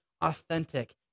authentic